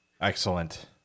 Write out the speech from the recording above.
Excellent